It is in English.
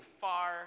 far